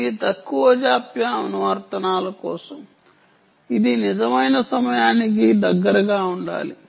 ఇది తక్కువ జాప్యం అనువర్తనాల కోసం ఇది నిజమైన సమయానికి దగ్గరగా ఉండాలి